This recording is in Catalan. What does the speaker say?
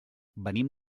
venim